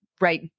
right